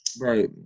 Right